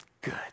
good